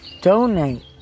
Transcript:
Donate